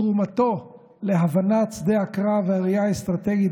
תרומתו להבנת שדה הקרב והראייה האסטרטגית